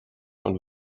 und